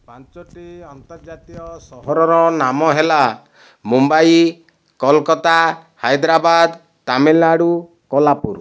ପାଞ୍ଚଟି ଆନ୍ତର୍ଜାତୀୟ ସହରର ନାମ ହେଲା ମୁମ୍ବାଇ କଲିକତା ହାଇଦ୍ରାବାଦ ତାମିଲନାଡ଼ୁ କୋହ୍ଲାପୁର